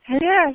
Yes